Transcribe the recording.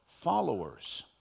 followers